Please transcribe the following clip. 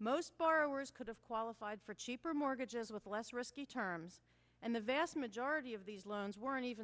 most borrowers could have qualified for cheaper mortgages with less risky terms and the vast majority of these loans weren't even